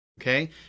Okay